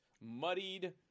muddied